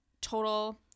total